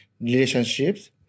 relationships